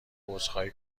عذرخواهی